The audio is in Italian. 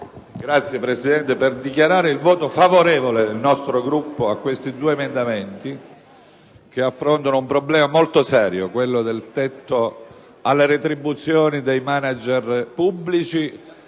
Signora Presidente, preannuncio il voto favorevole del nostro Gruppo a questi due emendamenti, che affrontano un problema molto serio, quello del tetto alle retribuzioni dei manager pubblici